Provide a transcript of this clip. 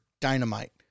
Dynamite